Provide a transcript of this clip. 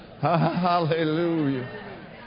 Hallelujah